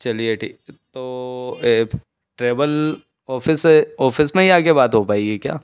चलिए ठीक तो ट्रेवल ऑफ़िस से ऑफ़िस में आके ही बात हो पाएगी क्या